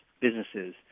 businesses